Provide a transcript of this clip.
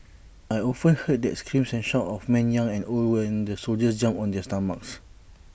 I often heard the screams and shouts of men young and old when the soldiers jumped on their stomachs